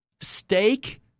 Steak